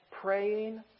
praying